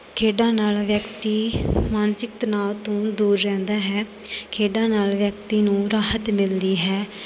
ਖੇਡਾਂ ਨਾਲ ਵਿਅਕਤੀ ਮਾਨਸਿਕ ਤਨਾਅ ਤੋਂ ਦੂਰ ਰਹਿੰਦਾ ਹੈ ਖੇਡਾਂ ਨਾਲ ਵਿਅਕਤੀ ਨੂੰ ਰਾਹਤ ਮਿਲਦੀ ਹੈ